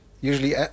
usually